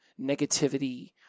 negativity